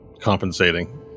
compensating